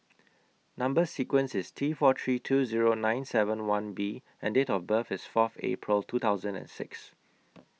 Number sequence IS T four three two Zero nine seven one B and Date of birth IS Fourth April two thousand and six